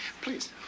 please